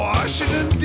Washington